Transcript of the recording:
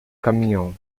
caminhão